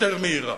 יותר מהירה.